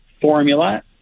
formula